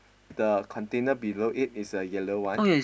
the container below it is a yellow one